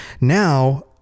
Now